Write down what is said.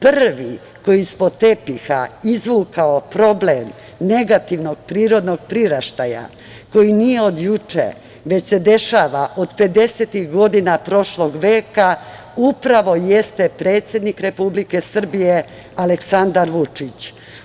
Prvi koji je ispod tepiha izvukao problem negativnog priraštaja koji nije od juče, već se dešava od pedesetih godina prošlog veka, upravo jeste predsednik Republike Srbije, Aleksandar Vučić.